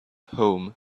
home